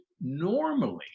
normally